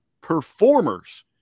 performers